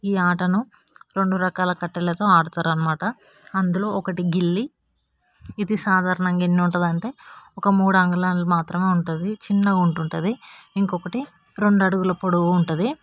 ఈ ఆటను రెండు రకాల కట్టెలతో ఆడతారు అన్నమాట అందులో ఒకటి గిల్లి ఇది సాధారణంగా ఎన్ని ఉంటదంటే ఒక మూడు అంగుళాలు మాత్రమే ఉంటుంది ఇది చిన్నగా ఉంటుంది ఇంకొకటి రెండు అడుగుల పొడవు ఉంటుంది